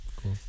Cool